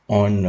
on